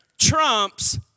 trumps